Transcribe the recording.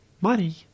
Money